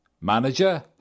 manager